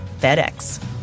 FedEx